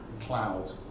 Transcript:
clouds